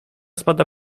spada